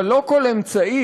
אבל לא כל אמצעי,